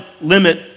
limit